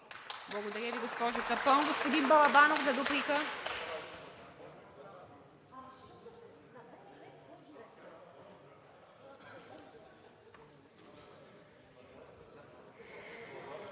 Благодаря Ви, госпожо Капон. Господин Балабанов – за дуплика.